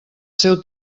seu